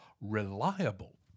reliable